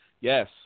Yes